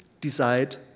decide